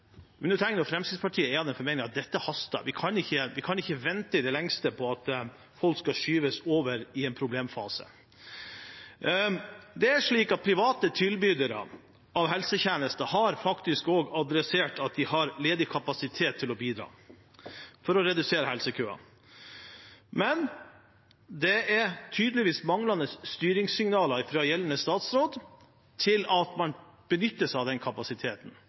undertegnede og Fremskrittspartiet er av den formening at dette haster, for vi kan ikke vente i det lengste på at folk skyves over i en problemfase. Private tilbydere av helsetjenester har fortalt at de har ledig kapasitet og kan bidra til å redusere helsekøene. Men det er tydeligvis manglende styringssignaler fra gjeldende statsråd til at man benytter seg av den kapasiteten.